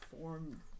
form